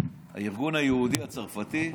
הארגון היהודי הצרפתי.